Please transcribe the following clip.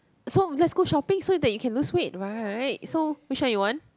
so let's go shopping so that you can lose weight right so which one you want